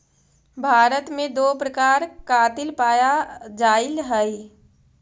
भारत में दो प्रकार कातिल पाया जाईल हई